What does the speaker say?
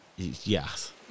Yes